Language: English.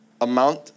amount